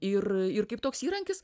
ir ir kaip toks įrankis